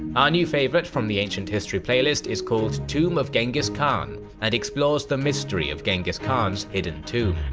our new favorite from the ancient history playlist is called tomb of genghis khan and explores the mystery of genghis khan's hidden tomb.